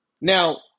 Now